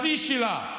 בשיא שלה,